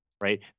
Right